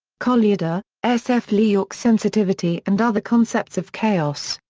kolyada, s f. li-yorke sensitivity and other concepts of chaos.